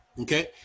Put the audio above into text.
okay